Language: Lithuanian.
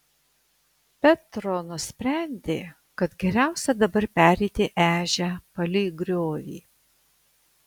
petro nusprendė kad geriausia dabar pereiti ežią palei griovį